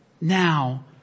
now